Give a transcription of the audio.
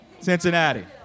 Cincinnati